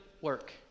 work